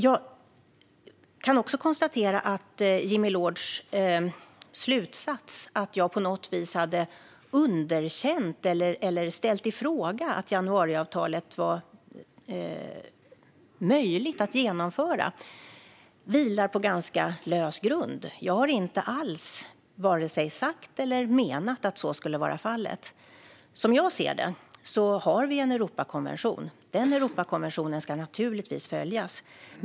Jag kan också konstatera att Jimmy Loords slutsats att jag på något vis hade underkänt eller ställt i fråga att januariavtalet var möjligt att genomföra vilar på ganska lös grund. Jag har inte alls vare sig sagt eller menat att så skulle vara fallet. Som jag ser det har vi en Europakonvention. Den Europakonventionen ska naturligtvis följas.